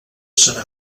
serà